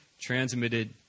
transmitted